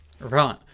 Right